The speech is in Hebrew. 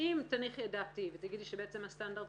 אם תניחי את דעתי ותגידי שבעצם הסטנדרט